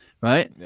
right